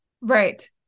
Right